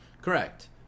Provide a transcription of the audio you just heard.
correct